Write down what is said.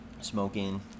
smoking